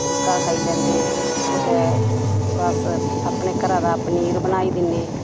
फुलका खाई लैंदे कुतै दस अपने घरा दा पनीर बनाई दि'न्ने